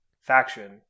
faction